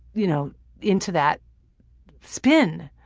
you know into that spin.